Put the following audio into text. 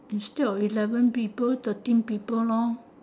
instead of eleven people thirteen people lor